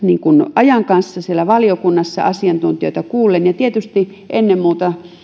ajan kanssa siellä valiokunnassa asiantuntijoita kuullen tietysti ennen muuta